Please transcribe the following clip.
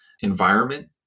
environment